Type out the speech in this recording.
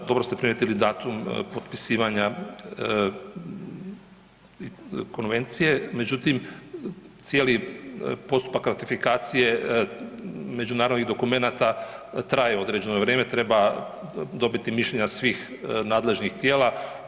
Da, dobro ste primijetili datum potpisivanja konvencije, međutim cijeli postupak ratifikacije međunarodnih dokumenata traje određeno vrijeme, treba dobiti mišljenja svih nadležnih tijela.